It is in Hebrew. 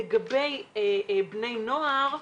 לגבי בני נוער,